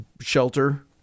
shelter